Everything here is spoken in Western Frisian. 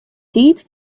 tiid